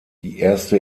erste